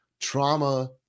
Trauma